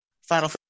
Final